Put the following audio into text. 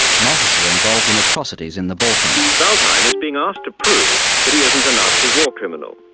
an officer involved in atrocities in the balkans. waldheim is being asked to prove that he isn't a nazi war criminal.